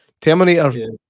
Terminator